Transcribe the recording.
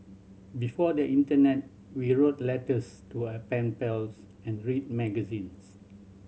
before the internet we wrote letters to our pen pals and read magazines